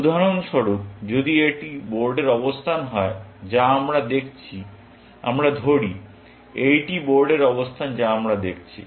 উদাহরণস্বরূপ যদি এটি বোর্ডের অবস্থান হয় যা আমরা দেখছি আমরা ধরি এইটি বোর্ডের অবস্থান যা আমরা দেখছি